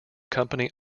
company